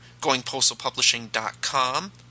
goingpostalpublishing.com